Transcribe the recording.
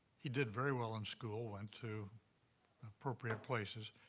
he did very well in school, went to appropriate places,